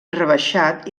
rebaixat